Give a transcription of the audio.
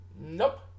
Nope